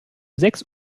sechs